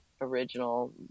original